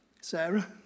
Sarah